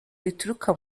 rituruka